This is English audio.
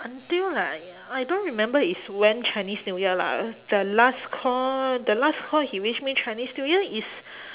until like I don't remember is when chinese new year lah the last call the last call he wish me chinese new year is